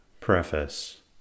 Preface